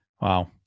Wow